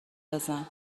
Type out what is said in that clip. بزن